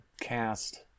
cast